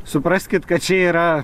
supraskit kad čia yra